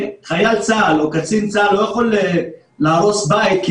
חייל צה"ל או קצין צה"ל לא יכול להרוס בית כי